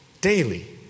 daily